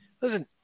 Listen